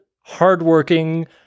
hardworking